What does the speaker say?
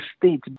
state